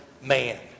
man